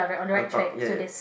on top ya